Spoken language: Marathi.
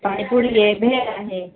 पाणीपुरी आहे भेळ आहे